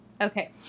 Okay